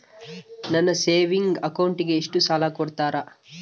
ನನ್ನ ಸೇವಿಂಗ್ ಅಕೌಂಟಿಗೆ ಎಷ್ಟು ಸಾಲ ಕೊಡ್ತಾರ?